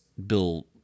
Bill